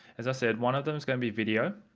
as i said one of them is going to be video,